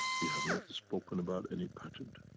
we have not spoken about any patent.